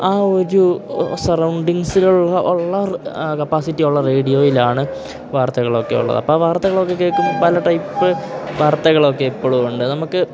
ആ ഒരു സറൗണ്ടിങ്ങ്സിലുള്ള ഉള്ള കപ്പാസിറ്റി ഉള്ള റേഡിയോയിലാണ് വാർത്തകളൊക്കെ ഉള്ളത് അപ്പം വാർത്തകളൊക്കെ കേൾക്കുമ്പോൾ പല ടൈപ്പ് വാർത്തകളൊക്കെ ഇപ്പോഴുമുണ്ട് നമുക്ക്